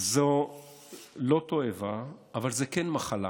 זו לא תועבה, אבל זו כן מחלה.